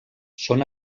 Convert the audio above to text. són